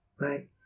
right